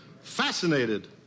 fascinated